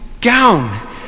gown